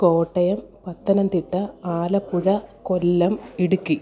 Kottayam Pathanamthitta Alappuzha Kollam Idukki